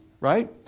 right